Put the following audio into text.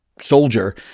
soldier